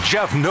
Jeff